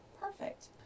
perfect